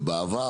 בעבר,